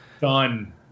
Done